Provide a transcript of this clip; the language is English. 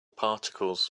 particles